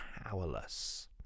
powerless